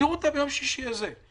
תראו אותה ביום שישי הזה.